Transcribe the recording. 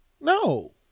No